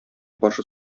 каршы